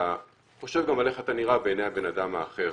אתה חושב גם על איך אתה נראה בעיני הבן אדם האחר